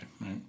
right